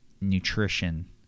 nutrition